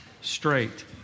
straight